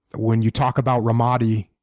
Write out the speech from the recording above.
when you talk about ramadi,